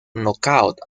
nocaut